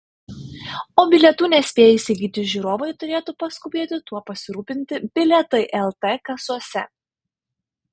o bilietų nespėję įsigyti žiūrovai turėtų paskubėti tuo pasirūpinti bilietai lt kasose